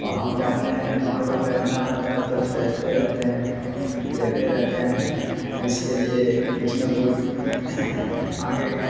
اور ہم جاتے ہیں ہمارے کو تیرنا آتا ہے تو تیرتے رہتے ہیں تیرتے رہتے ہیں اس کے لیے کچھ نہ کچھ آگے